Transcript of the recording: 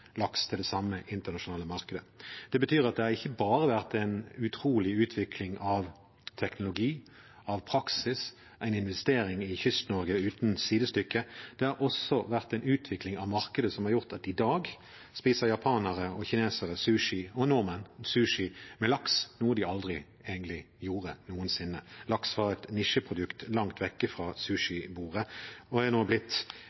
laks til det samme internasjonale markedet. Det betyr at det ikke bare har vært en utrolig utvikling av teknologi, praksis og investering i Kyst-Norge uten sidestykke. Det har også vært en utvikling i markedet som har gjort at i dag spiser japanere og kinesere – og nordmenn – sushi med laks, noe de aldri egentlig gjorde noensinne. Laks var et nisjeprodukt langt fra sushi-bordet, og er nå blitt